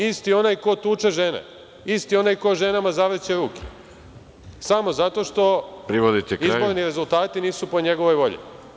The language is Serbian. Isti onaj ko tuče žene, isti onaj ko ženama zavrće ruke, samo zato što izborni rezultati nisu po njegovoj volji.